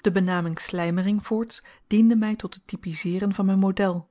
de benaming slymering voorts diende my tot het typizeeren van m'n model